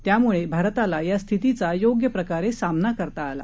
त्यामुळे भारताला या स्थितीचा योग्य प्रकारे सामना करता आला